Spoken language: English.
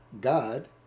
God